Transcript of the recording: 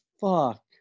fuck